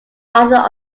author